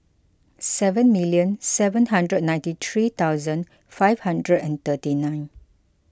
seven million seven hundred and ninety three thousand five hundred and thirty nine